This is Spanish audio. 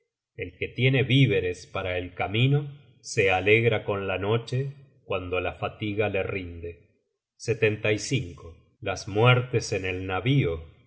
el que tiene víveres para el camino se alegra con la noche cuando la fatiga le rinde content from google book search generated at las muertes en el navío